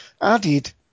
added